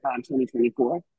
2024